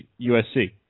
USC